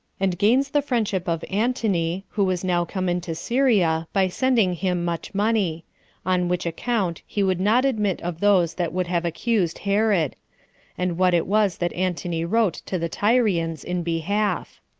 and gains the friendship of antony, who was now come into syria, by sending him much money on which account he would not admit of those that would have accused herod and what it was that antony wrote to the tyrians in behalf.